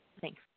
Thanks